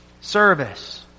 service